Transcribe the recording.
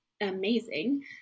amazing